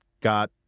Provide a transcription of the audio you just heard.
got